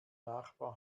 nachbar